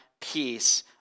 peace